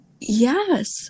Yes